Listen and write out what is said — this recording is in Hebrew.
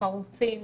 חרוצים